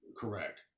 Correct